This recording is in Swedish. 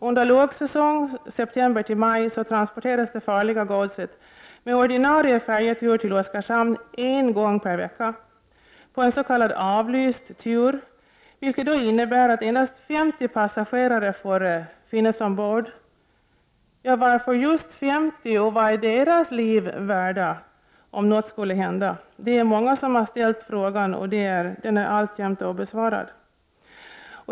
Under lågsäsong, september—maj, transporteras det farliga godset med ordinarie färjetur till Oskarshamn en gång per vecka på en s.k. avlyst tur, vilket innebär att endast 50 passagerare får finnas ombord. Varför just 50, och vad är deras liv värda om något skulle hända? Den frågan har många ställt, och den är alltjämt obesvarad.